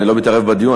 אני לא מתערב בדיון,